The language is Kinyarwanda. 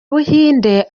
buhinde